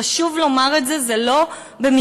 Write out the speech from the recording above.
חשוב לומר את זה, זה לא במקרה,